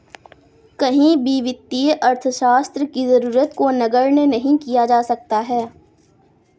कहीं भी वित्तीय अर्थशास्त्र की जरूरत को नगण्य नहीं किया जा सकता है